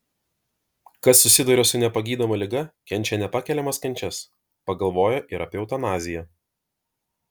kas susiduria su nepagydoma liga kenčia nepakeliamas kančias pagalvoja ir apie eutanaziją